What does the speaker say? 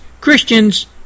Christians